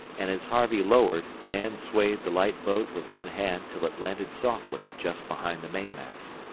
and as harvey lowered, dan swayed the light boat with one hand till it landed softly just behind the mainmast.